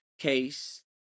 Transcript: Case